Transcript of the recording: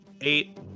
Eight